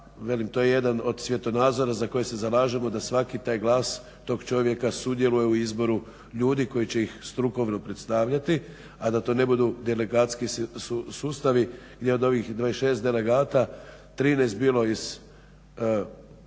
to je jedan od svjetonazora za koje se zalažemo, da svaki taj glas, tog čovjeka sudjeluje u izboru ljudi koji će ih strukovno predstavljati a da to ne budu delegatski sustavi, gdje od ovih 26 delegata, 13 bilo iz